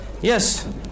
yes